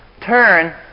Turn